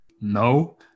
No